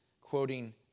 quoting